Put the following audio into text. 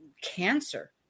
cancer